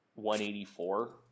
184